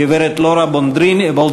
הגברת לאורה בולדריני,